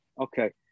Okay